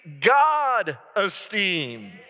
God-esteem